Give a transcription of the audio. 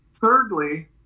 Thirdly